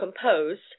composed